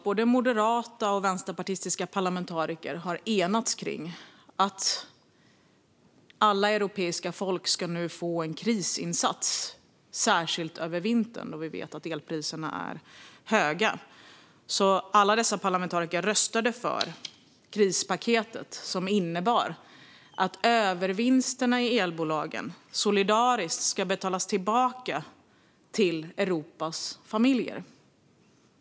Både moderata och vänsterpartistiska parlamentariker har enats om att alla europeiska folk nu ska få en krisinsats särskilt över vintern, då vi vet att elpriserna är höga. Alla dessa parlamentariker röstade för krispaketet. Det innebär att övervinsterna i elbolagen solidariskt ska betalas tillbaka till Europas familjer.